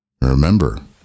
Remember